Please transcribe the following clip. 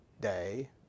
day